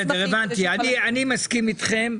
בסדר, הבנתי, אני מסכים איתכם.